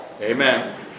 Amen